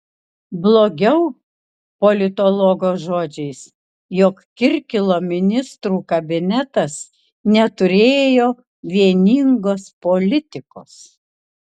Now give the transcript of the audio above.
blogiau politologo žodžiais jog kirkilo ministrų kabinetas neturėjo vieningos politikos